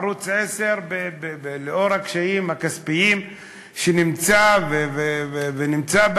ערוץ 10, לאור הקשיים הכספיים שהוא נמצא בהם,